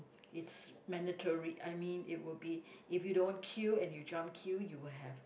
it's mandatory I mean it will be if you don't queue and you jump queue you will have